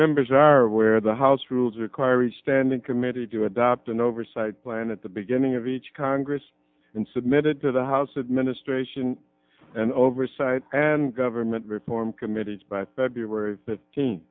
members are aware the house rules require a standing committee to adopt an oversight plan at the beginning of each congress and submitted to the house administration and oversight and government reform committee by feb fifteenth